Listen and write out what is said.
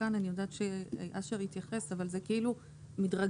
אני יודעת שאשר התייחס, אבל זה כאילו מדרגיות.